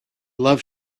love